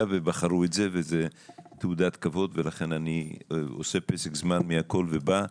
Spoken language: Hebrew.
ובחרו את זה וזו תעודת כבוד ולכן אני עושה פסק זמן מהכול ובא.